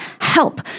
help